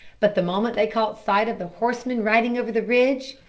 but the moment they caught sight of the horsemen rising over the ridge,